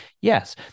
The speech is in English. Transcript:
Yes